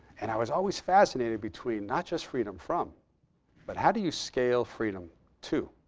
and i was always fascinated between not just freedom from but how do you scale freedom to?